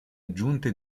aggiunte